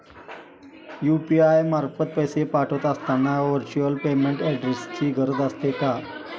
UPI मार्फत पैसे पाठवत असताना व्हर्च्युअल पेमेंट ऍड्रेसची गरज असते का?